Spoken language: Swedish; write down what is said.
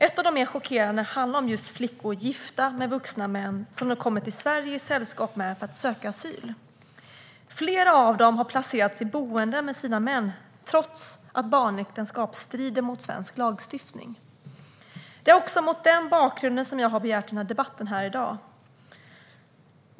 Ett av de mer chockerande handlar om flickor gifta med vuxna män som de kommer till Sverige i sällskap med för att söka asyl. Flera av dem har placerats i boenden med sina män, trots att barnäktenskap strider mot svensk lagstiftning. Det är också mot denna bakgrund som jag har begärt debatten här i dag.